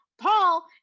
Paul